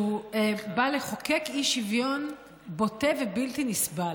שהוא בא לחוקק אי-שוויון בוטה ובלתי נסבל.